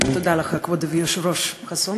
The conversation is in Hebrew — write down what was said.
תודה לך, כבוד היושב-ראש חסון.